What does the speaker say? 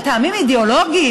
מטעמים אידיאולוגיים,